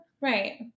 Right